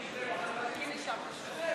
בהליכי הסדרה,